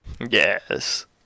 Yes